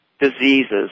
diseases